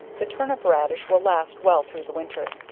the turnip raddish will last well through the winter.